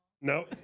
No